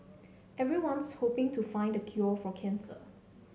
everyone's hoping to find the cure for cancer